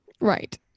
Right